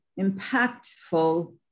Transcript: impactful